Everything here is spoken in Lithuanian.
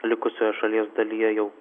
likusioje šalies dalyje jau